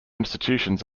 institutions